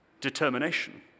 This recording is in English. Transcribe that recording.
determination